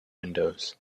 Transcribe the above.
windows